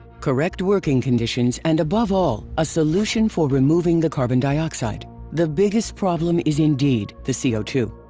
correct working conditions and above all. a solution for removing the carbon dioxide. the biggest problem is indeed the c o two!